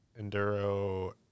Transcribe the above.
Enduro